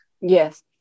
yes